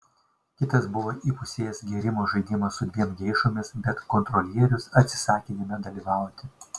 kitas buvo įpusėjęs gėrimo žaidimą su dviem geišomis bet kontrolierius atsisakė jame dalyvauti